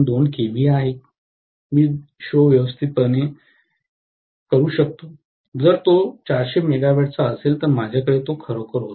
2 K V A आहे मी show व्यवस्थापित करू शकतो जर तो 400 मेगावॅटचा असेल तर माझ्याकडे तो खरोखर होता